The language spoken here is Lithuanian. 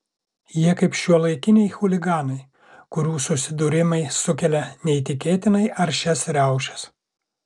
jie kaip šiuolaikiniai chuliganai kurių susidūrimai sukelia neįtikėtinai aršias riaušes